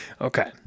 Okay